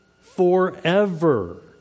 forever